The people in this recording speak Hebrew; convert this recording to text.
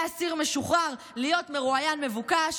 מאסיר משוחרר להיות מרואיין מבוקש,